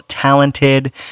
Talented